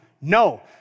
No